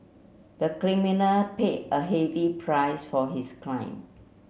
the criminal paid a heavy price for his crime